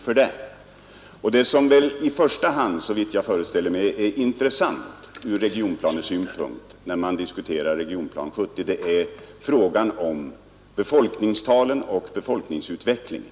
Vad som i första hand är intressant ur regionplanesynpunkt när man diskuterar Regionplan 70 är, såvitt jag förstår, frågan om befolkningstalen och befolkningsutvecklingen.